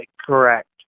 correct